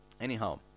Anyhow